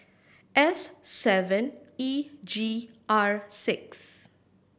S seven E G R six